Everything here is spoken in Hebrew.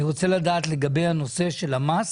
אני רוצה לדעת מה עמדתכם לגבי הנושא של המס